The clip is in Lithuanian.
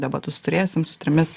debatus turėsim su trimis